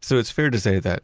so it's fair to say that